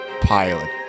pilot